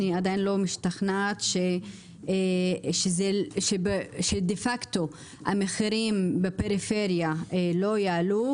אני עדין לא משתכנעת שדה-פאקטו המחירים בפריפריה לא יעלו,